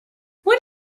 where